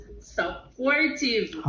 supportive